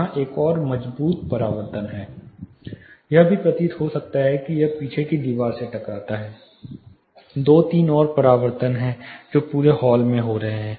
यहां एक और मजबूत परावर्तन है यह भी प्रतीत हो सकता है कि यह पीछे की दीवार से टकराता है दो तीन और परावर्तन हैं जो पूरे हॉल में हो रहे हैं